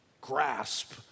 grasp